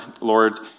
Lord